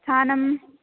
स्थानम्